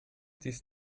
these